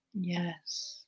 Yes